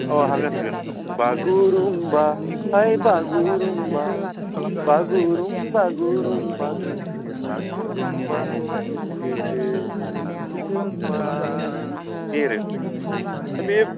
अह हागोन हागोन बागुरुम्बा हाइ बागुरुम्बा बागुरुम बागुरुम बागुरुम बागुरुम्बा हाय लोगो बागुरुम्बा बिदि आरो बे